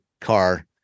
car